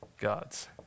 God's